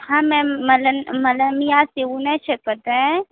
हां मॅम मला ना मला मी आज येऊ नाही शकत आहे